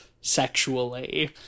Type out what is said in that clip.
Sexually